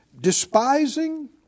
despising